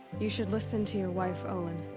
you should listen to your wife, olin.